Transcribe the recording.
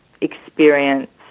experience